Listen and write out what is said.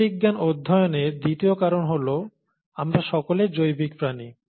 জীববিজ্ঞান অধ্যয়নের দ্বিতীয় কারণ হল আমরা সকলে জৈবিক প্রাণী